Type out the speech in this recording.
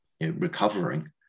recovering